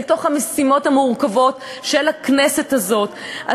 אל תוך המשימות המורכבות של הכנסת הזאת,